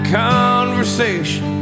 conversation